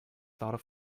thought